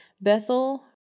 Bethel